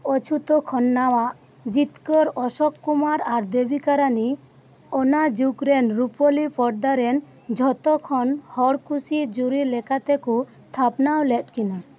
ᱚᱪᱷᱩᱛᱚ ᱠᱷᱚᱱᱱᱟᱣᱟᱜ ᱡᱤᱛᱠᱟᱹᱨ ᱚᱥᱳᱠ ᱠᱩᱢᱟᱨ ᱟᱨ ᱫᱮᱵᱤᱠᱟ ᱨᱟᱱᱤ ᱚᱱᱟ ᱡᱩᱜᱽ ᱨᱮᱱ ᱨᱩᱯᱟᱹᱞᱤ ᱯᱚᱨᱫᱟ ᱨᱮᱱ ᱡᱷᱚᱛᱚ ᱠᱷᱚᱱ ᱦᱚᱲ ᱠᱩᱥᱤ ᱡᱩᱨᱤ ᱞᱮᱠᱟᱛᱮ ᱠᱚ ᱛᱷᱟᱯᱱᱟᱣ ᱞᱮᱫ ᱠᱤᱱᱟᱹ